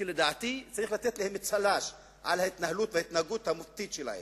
ולדעתי צריך לתת להם צל"ש על ההתנהלות וההתנהגות המופתית שלהם.